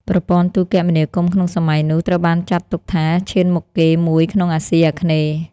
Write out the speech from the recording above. ប្រព័ន្ធទូរគមនាគមន៍ក្នុងសម័យនោះត្រូវបានចាត់ទុកថាឈានមុខគេមួយក្នុងអាស៊ីអាគ្នេយ៍។